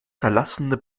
zerlassene